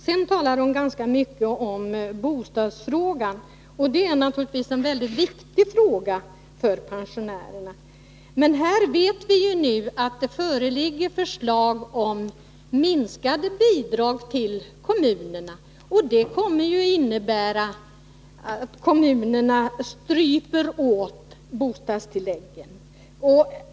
Sedan talar Karin Israelsson ganska mycket om bostadsfrågan, och den är naturligtvis viktig för pensionärerna. Men här vet vi nu att det föreligger förslag om minskade bidrag till kommunerna. Det kommer att innebära att kommunerna stryper bostadstilläggen.